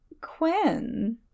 Quinn